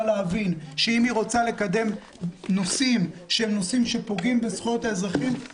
להבין שאם היא רוצה לקדם נושאים שפוגעים בזכויות האזרחים,